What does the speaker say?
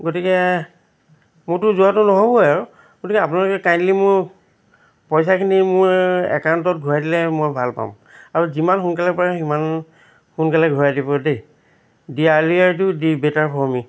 গতিকে মোৰতো যোৱাটো নহ'বই আৰু গতিকে আপোনালোকে কাইণ্ডলি মোৰ পইচাখিনি মোৰ একাউণ্টত ঘূৰাই দিলে মই ভাল পাম আৰু যিমান সোনকালে পাৰে সিমান সোনকালে ঘূৰাই দিব দেই the earlier to the better for me